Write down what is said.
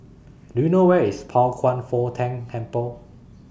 Do YOU know Where IS Pao Kwan Foh Tang Temple